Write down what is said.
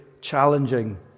challenging